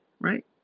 right